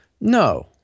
no